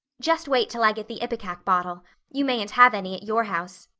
just wait till i get the ipecac bottle you mayn't have any at your house.